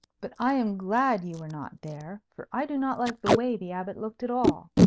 but i am glad you were not there for i do not like the way the abbot looked at all,